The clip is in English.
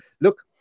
look